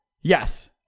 Yes